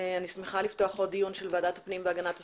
אני שמחה לפתוח עוד דיון של ועדת הפנים והגנת הסביבה.